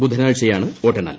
ബുധനാഴ്ചയാണ് വോട്ടെണ്ണൽ